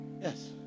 yes